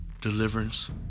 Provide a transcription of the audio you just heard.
Deliverance